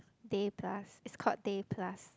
Day Plus it's called Day Plus